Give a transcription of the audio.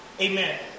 Amen